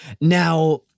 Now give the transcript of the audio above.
Now